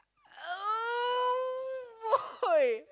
oh boy